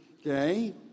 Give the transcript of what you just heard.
okay